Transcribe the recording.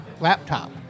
laptop